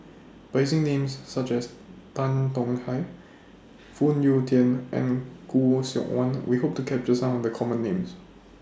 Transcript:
By using Names such as Tan Tong Hye Phoon Yew Tien and Khoo Seok Wan We Hope to capture Some of The Common Names